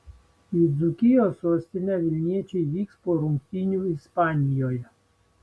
į dzūkijos sostinę vilniečiai vyks po rungtynių ispanijoje